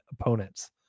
opponents